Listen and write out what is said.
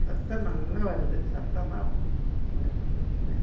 சத்தம் நல்லா வருது சத்தம் தான் பிரச்சனை